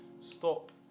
Stop